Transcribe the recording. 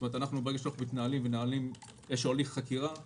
כלומר ברגע שאנחנו מתנהלים ומנהלים הליך חקירה כלשהו,